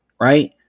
right